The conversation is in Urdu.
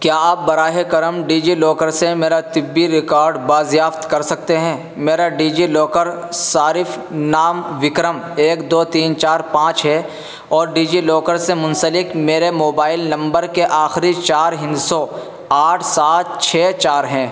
کیا آپ براہ کرم ڈیجی لاکر سے میرا طبی ریکارڈ بازیافت کر سکتے ہیں میرا ڈیجی لاکر صارف نام وکرم ایک دو تین چار پانچ ہے اور ڈیجی لاکر سے منسلک میرے موبائل نمبر کے آخری چار ہندسوں آٹھ سات چھ چار ہیں